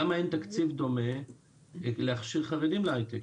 למה אין תקציב דומה להכשיר חרדים להייטק?